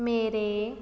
ਮੇਰੇ